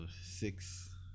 six